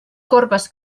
corbes